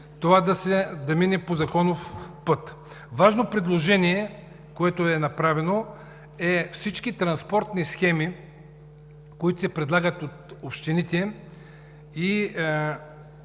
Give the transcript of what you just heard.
това да мине по законов път. Важно направено предложение е всички транспортни схеми, които се предлагат от общините, и